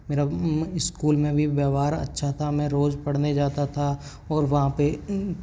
मेरा स्कूल में भी व्यवहार अच्छा था मैं रोज़ पढ़ने जाता था और वहाँ पे